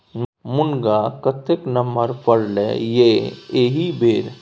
मुनगा कतेक नमहर फरलै ये एहिबेर